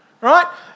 Right